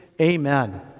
Amen